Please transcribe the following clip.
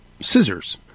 scissors